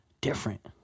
different